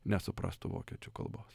nesuprastų vokiečių kalbos